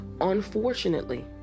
unfortunately